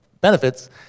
benefits